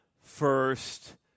first